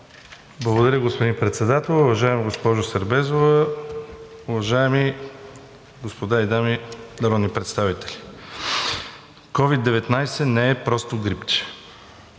Благодаря, господин Председател. Уважаема госпожо Сербезова, уважаеми дами и господа народни представители! COVID-19 не е просто грипче.